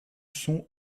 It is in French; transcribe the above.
sont